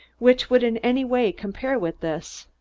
which would in any way compare with this.